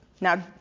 Now